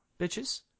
bitches